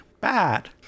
Bad